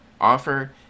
offer